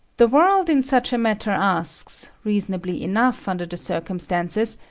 the world in such a matter asks, reasonably enough under the circumstances,